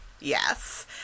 Yes